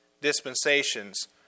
dispensations